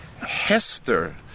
Hester